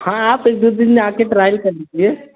हाँ हाँ कुछ बीस दिन में आ कर ट्रायल कर लीजिए